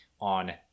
on